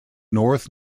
north